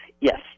Yes